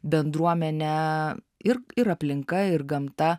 bendruomene ir ir aplinka ir gamta